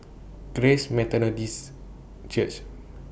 Grace Methodist Church